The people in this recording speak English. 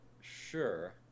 Sure